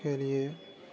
کے لیے